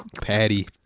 patty